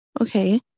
okay